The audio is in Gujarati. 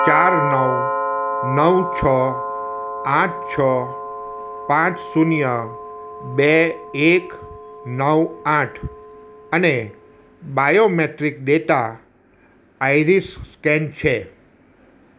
ચાર નવ નવ છ આઠ છ પાંચ શૂન્ય બે એક નવ આઠ અને બાયોમેટ્રિક ડેટા આઇરિસ સ્કેન છે